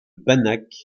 banach